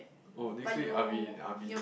oh next week I'll be in army